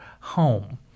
home